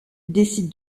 décide